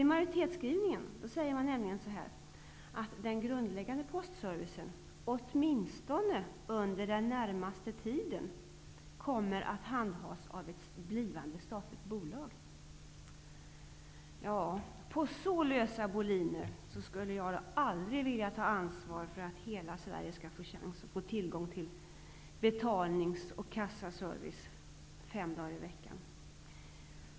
I majoritetsskrivningen framhålls att den grundläggande postservicen åtminstone under den närmaste tiden kommer att handhas av ett blivande statligt bolag. Jag skulle på så lösa boliner aldrig vilja ta ansvar för att hela Sverige skall få tillgång till betalnings och kassaservice fem dagar i veckan.